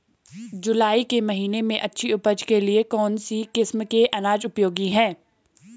जुलाई के महीने में अच्छी उपज के लिए कौन सी किस्म के अनाज उपयोगी हैं?